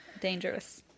Dangerous